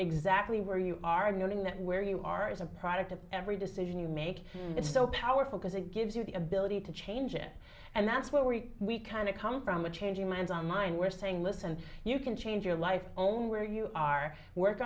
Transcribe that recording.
exactly where you are knowing that where you are is a product of every decision you make it's so powerful because it gives you the ability to change it and that's where we kind of come from a changing minds on mine were saying listen you can change your life only where you are work